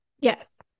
Yes